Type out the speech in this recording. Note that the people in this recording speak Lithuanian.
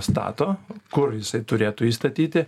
stato kur jisai turėtų jį statyti